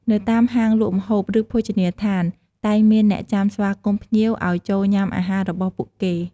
នៅតាមហាងលក់ម្ហូប ឬភោជនីយដ្ឋាន តែងមានអ្នកចាំស្វាគមន៍ភ្ញៀវឲ្យចូលញ៉ាំអាហាររបស់ពួកគេ។